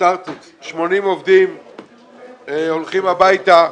80 עובדים הולכים הביתה.